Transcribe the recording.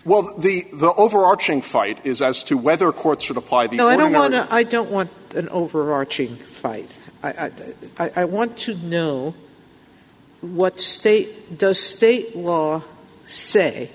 well the the overarching fight is as to whether courts should apply the i don't know no i don't want an overarching fight i want to know what state does state law say